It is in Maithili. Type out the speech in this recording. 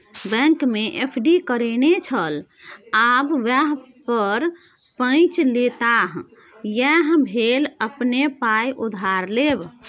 बैंकमे एफ.डी करेने छल आब वैह पर पैंच लेताह यैह भेल अपने पाय उधार लेब